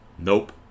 Nope